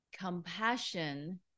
compassion